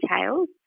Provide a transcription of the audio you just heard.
details